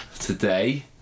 today